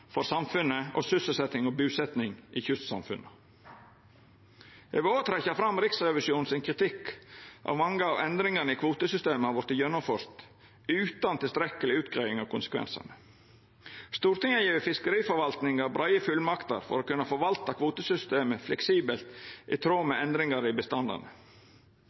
samfunnet og sysselsetjing og busetjing i kystsamfunna. Eg vil òg trekkja fram Riksrevisjonens kritikk av at mange av endringane i kvotesystemet har vorte gjennomførte utan tilstrekkeleg utgreiing av konsekvensane. Stortinget har gjeve fiskeriforvaltinga breie fullmakter for å kunna forvalta kvotesystemet fleksibelt, i tråd med endringar i bestandane.